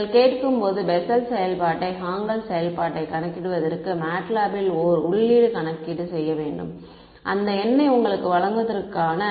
நீங்கள் கேட்கும்போது பெசெல் செயல்பாட்டை ஹான்கெல் செயல்பாட்டை கணக்கிடுவதற்கு MATLAB ல் ஒரு உள் கணக்கீடு செய்ய வேண்டும் அந்த எண்ணை உங்களுக்கு வழங்குவதற்கான